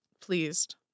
pleased